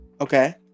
Okay